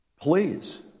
Please